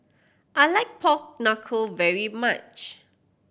I like pork knuckle very much